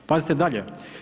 Pazite dalje.